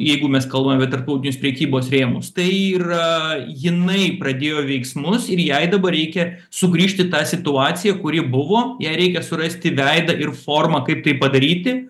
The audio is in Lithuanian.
jeigu mes kalbam apie tarptautinius prekybos rėmus tai yra jinai pradėjo veiksmus ir jai dabar reikia sugrįžt į tą situaciją kuri buvo jai reikia surasti veidą ir formą kaip tai padaryti